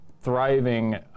thriving